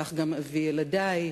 כך גם אבי ילדי.